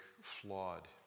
flawed